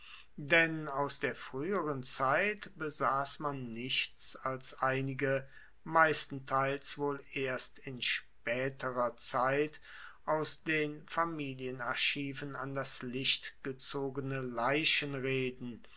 denn aus der frueheren zeit besass man nichts als einige meistenteils wohl erst in spaeterer zeit aus den familienarchiven an das licht gezogene